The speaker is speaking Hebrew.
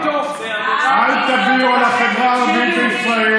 תקשיבי טוב, זה, אל תביאו על החברה הערבית בישראל,